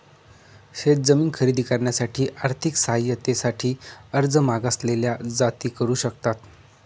शेत जमीन खरेदी करण्यासाठी आर्थिक सहाय्यते साठी अर्ज मागासलेल्या जाती करू शकतात